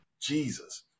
Jesus